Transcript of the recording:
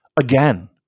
again